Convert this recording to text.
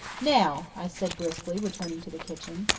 now, i said briskly, returning to the kitchen,